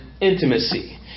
intimacy